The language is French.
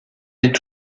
est